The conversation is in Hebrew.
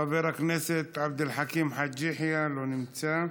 חבר הכנסת עבד אל חכים חאג' יחיא, לא נמצא,